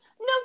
No